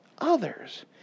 Others